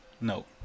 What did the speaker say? no